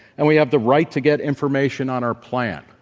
and we have the right to get information on our plan.